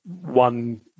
one